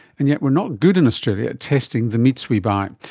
and yet we're not good in australia at testing the meats we buy.